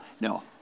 No